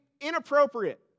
inappropriate